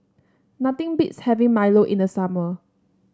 nothing beats having Milo in the summer